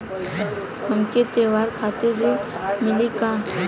हमके त्योहार खातिर ऋण मिली का?